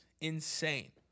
insane